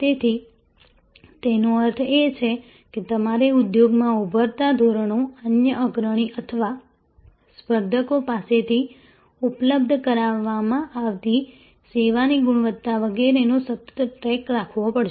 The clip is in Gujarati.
તેથી તેનો અર્થ એ છે કે તમારે ઉદ્યોગમાં ઉભરતા ધોરણો અન્ય અગ્રણી અથવા સ્પર્ધકો પાસેથી ઉપલબ્ધ કરાવવામાં આવતી સેવાની ગુણવત્તા વગેરેનો સતત ટ્રેક રાખવો પડશે